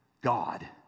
God